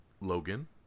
Logan